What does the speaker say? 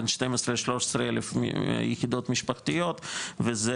בין 12 ל-13 אלף יחידות משפחתיות וזה